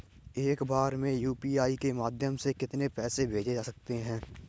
एक बार में यू.पी.आई के माध्यम से कितने पैसे को भेज सकते हैं?